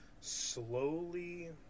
slowly